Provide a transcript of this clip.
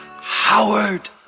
Howard